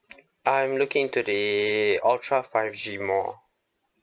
I'm looking to the ultra five G more